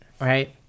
right